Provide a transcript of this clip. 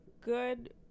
good